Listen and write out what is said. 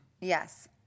Yes